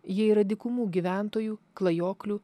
jie yra dykumų gyventojų klajoklių